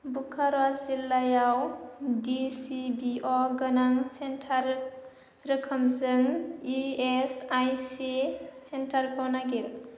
बुकार' जिल्लायाव D C B O गोनां centre रोखोमजों इ एस आइ सि सेन्टारखौ नागिर